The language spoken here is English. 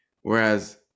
whereas